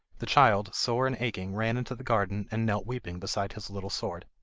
the child, sore and aching, ran into the garden and knelt weeping beside his little sword.